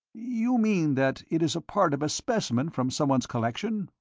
you mean that it is part of a specimen from someone's collection?